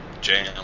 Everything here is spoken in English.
jam